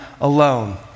alone